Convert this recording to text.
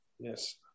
Yes